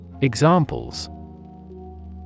Examples